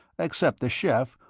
except the chef,